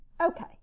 Okay